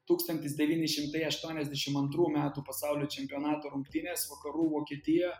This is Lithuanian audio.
tūkstantis devyni šimtai aštuoniasdešim antrų metų pasaulio čempionato rungtynės vakarų vokietija